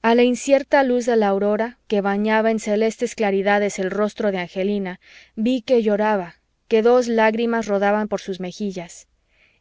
a la incierta luz de la aurora que bañaba en celestes claridades el rostro de angelina vi que lloraba que dos lágrimas rodaban por sus mejillas